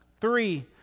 three